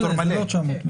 כן, זו הייתה הדרישה שלנו.